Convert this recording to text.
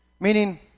Meaning